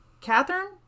Catherine